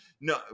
no